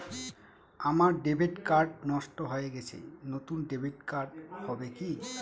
আমার debit card নষ্ট হয়ে গেছে নূতন ডেবিট কার্ড হবে কি?